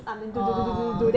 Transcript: orh like